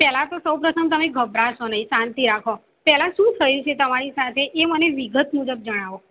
પહેલાં તો સૌપ્રથમ તમે ગભરાશો નહીં શાંતિ રાખો પહેલાં શું થયું છે તમારી સાથે એ મને વિગત મુજબ જણાવો